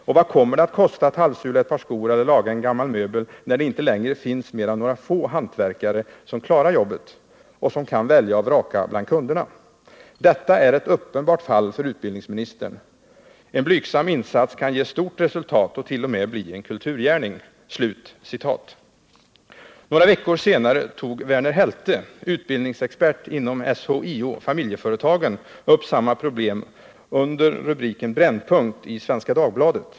Och vad kommer det att kosta att halvsula ett par skor eller laga en gammal möbel när det inte längre finns mer än några få hantverkare kvar som klarar jobbet — och som kan välja och vraka bland kunderna? Detta är ett uppenbart fall för utbildningsministern. En blygsam insats kan ge stort resultat och t.o.m. bli en kulturgärning.” Några veckor senare tog Verner Helte, utbildningsexpert inom SHIO Familjeföretagen, upp samma problem under rubriken Brännpunkt i Svenska Dagbladet.